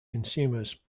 consumers